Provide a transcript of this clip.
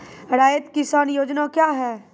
रैयत किसान योजना क्या हैं?